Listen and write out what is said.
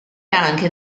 anche